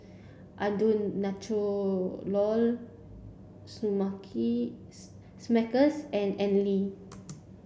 Andalou Natural Smuckers and Anlene